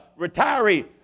retiree